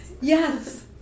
Yes